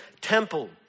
temple